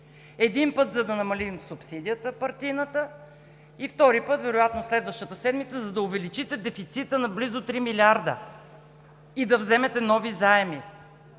един път, за да намалим партийната субсидия, и втори път, вероятно следващата седмица, за да увеличите дефицита на близо 3 милиарда и да вземете нови заеми.